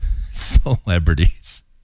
Celebrities